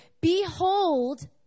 Behold